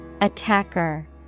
Attacker